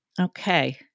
Okay